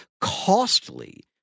costly